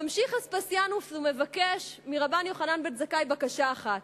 ממשיך אספסיאנוס ומבקש מרבן יוחנן בן זכאי בקשה אחת.